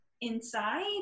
inside